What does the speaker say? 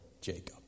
Jacob